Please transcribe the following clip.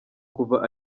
kuva